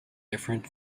different